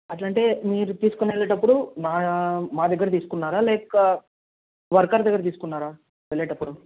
అలా అంటే మీరు తీసుకుని వెళ్ళేటప్పుడు మా మా దగ్గర తీసుకున్నారా లేక వర్కర్ దగ్గర తీసుకున్నారా వెళ్ళేటప్పుడు